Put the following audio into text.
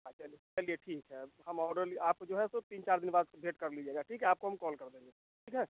हाँ चलिए चलिए ठीक है अब हम ऑर्डर ले आपको जो है इसे तीन चार बाद अपडेट कर लीजिएगा ठीक है आपको हम कॉल कर देंगे ठीक है